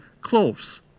close